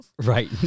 Right